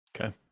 Okay